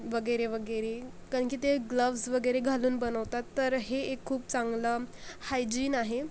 वगैरे वगैरे कारण की ते ग्लोव्हज वगैरे घालून बनवतात तर हे एक खूप चांगला हायजिन आहे